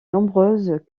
nombreuses